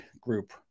group